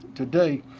today.